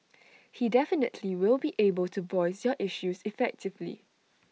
he definitely will be able to voice your issues effectively